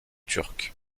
turcs